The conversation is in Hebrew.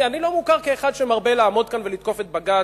אני לא מוכר כאחד שמרבה לעמוד כאן ולתקוף את בג"ץ,